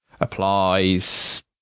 applies